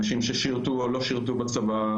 אנשים ששירתו או לא שירתו בצבא,